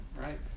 right